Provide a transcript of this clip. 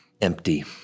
empty